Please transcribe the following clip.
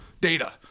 Data